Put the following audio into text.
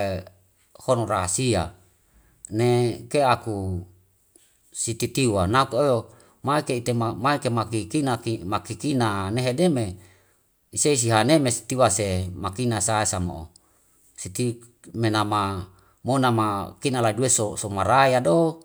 hono rahasia ne aku sititiwa naku eo maike itema maike ma kikinati ma kikina ne hede me isei si haneme si tiwa se makina sai samo si ti menama mona makina la due so marayado.